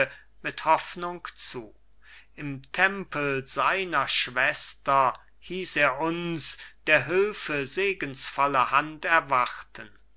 mit hoffnung zu im tempel seiner schwester hieß er uns der hülfe segensvolle hand erwarten